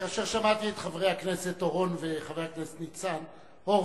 כאשר שמעתי את חברי הכנסת אורון וניצן הורוביץ,